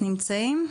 נמצאים?